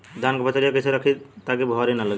धान क फसलिया कईसे रखाई ताकि भुवरी न लगे?